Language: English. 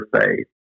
faith